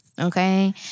Okay